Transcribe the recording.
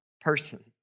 person